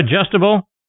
adjustable